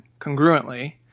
congruently